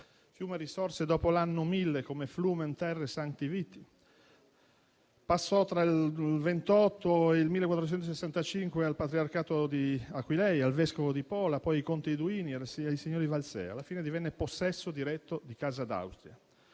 Fiume risorse dopo l'anno Mille come *Terra Fluminis Sancti Viti*, passò tra il 1428 e il 1465 al patriarcato di Aquileia, al vescovo di Pola, poi ai conti di Duino e ai signori di Walsee e, alla fine, divenne possesso diretto di casa d'Austria.